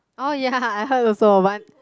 oh ya I heard also one